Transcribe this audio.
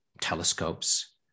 Telescopes